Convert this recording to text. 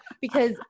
because-